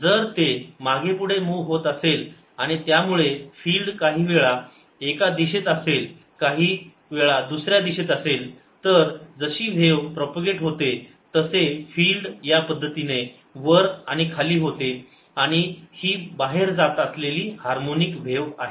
जर ते मागेपुढे मूव्ह होत असेल आणि त्यामुळे फिल्ड काहीवेळा एका दिशेत असेल कधी दुसऱ्या दिशेत असेल जशी व्हेव प्रोपॅगेट होते तसे फिल्ड या पद्धतीने वर आणि खाली होते आणि ही बाहेर जात असलेली हार्मोनिक व्हेव आहे